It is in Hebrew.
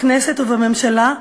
בכנסת ובממשלה,